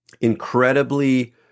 incredibly